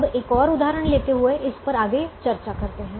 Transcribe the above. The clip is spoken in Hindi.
अब एक और उदाहरण लेते हुए इस पर आगे चर्चा करते हैं